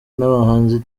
n’abahanzi